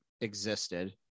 existed